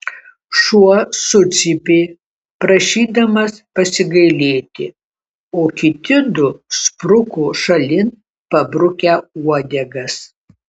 šuo sucypė prašydamas pasigailėti o kiti du spruko šalin pabrukę uodegas